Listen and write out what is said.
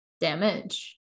damage